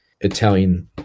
Italian